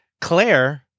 Claire